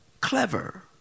clever